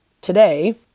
today